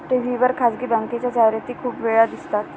TV वर खासगी बँकेच्या जाहिराती खूप वेळा दिसतात